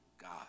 God